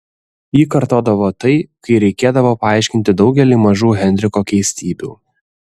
ji kartodavo tai kai reikėdavo paaiškinti daugelį mažų henriko keistybių